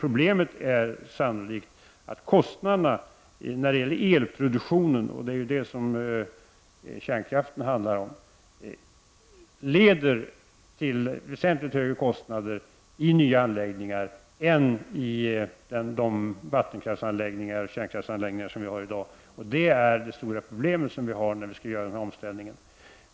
Problemet är sannolikt att kostnaderna för elproduktionen — och det är ju detta som kärnkraften handlar om — blir väsentligt högre i nya anläggningar än i de vattenkraftsanläggningar och kärnkraftsanläggningar som vi har i dag. Det är vårt stora problem inför omställningen.